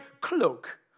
cloak